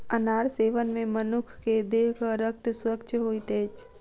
अनार सेवन मे मनुख के देहक रक्त स्वच्छ होइत अछि